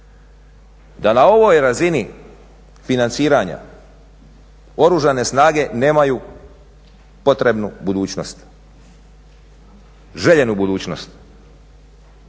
da na ovoj razini financiranja Oružane snage nemaju potrebnu budućnost, željenu budućnost.